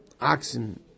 oxen